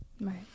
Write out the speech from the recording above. Right